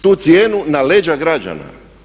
Tu cijenu na leđa građana.